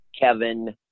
Kevin